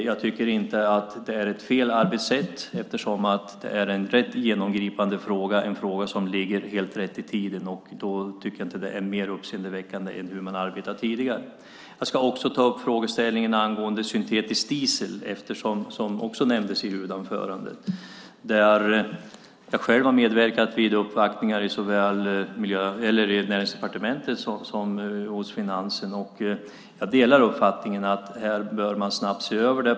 Det är inte ett felaktigt arbetssätt eftersom det är en genomgripande fråga som ligger rätt i tiden. Det här är inte mer uppseendeväckande än hur man har arbetat tidigare. Jag ska också ta upp frågan om syntetiskt diesel som också nämndes i huvudanförandet. Jag har själv medverkat vid uppvaktningar hos såväl Näringsdepartementet som Finansdepartementet. Jag delar uppfattningen att man snabbt bör se över det.